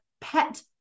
pet